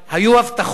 היו הבטחות,